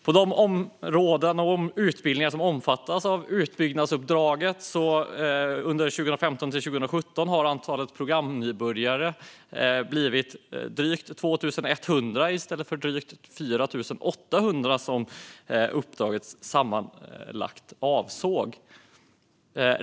På de områden och utbildningar som omfattades av utbyggnadsuppdrag under 2015-2017 har antalet programnybörjare ökat med drygt 2 100 i stället för drygt 4 800 nybörjare som uppdragen sammanlagt avsåg.